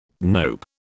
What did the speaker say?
Nope